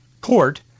court